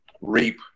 reap